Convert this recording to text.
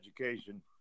education